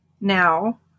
now